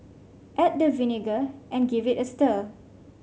add the vinegar and give it a stir